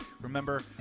Remember